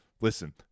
listen